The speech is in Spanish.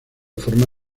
forma